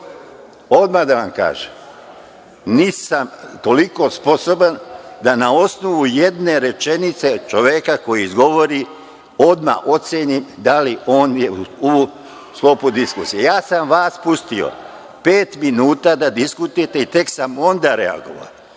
odmah da vam kažem, nisam toliko sposoban da na osnovu jedne rečenice čoveka koji izgovori odmah ocenim da li je on u sklopu diskusije. Ja sam vas pustio pet minuta da diskutujete i tek sam onda reagovao.